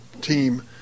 team